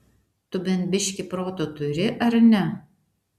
tu bent biškį proto turi ar ne